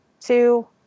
two